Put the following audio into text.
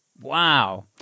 Wow